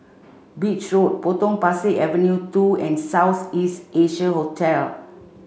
Beach Road Potong Pasir Avenue two and South East Asia Hotel